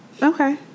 Okay